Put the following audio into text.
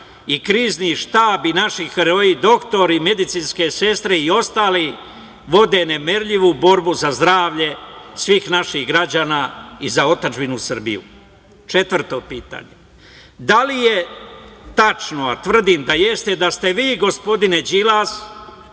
i Krizni štab, naši heroji doktori, medicinske sestre i ostali vode nemerljivu borbu za zdravlje svih naših građana i za otadžbinu Srbiju? Četvrto pitanje - da li je tačno, a tvrdim da jeste, da ste vi gospodine Đilas,